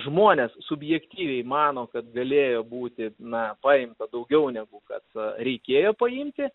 žmonės subjektyviai mano kad galėjo būti na paimta daugiau negu kad reikėjo paimti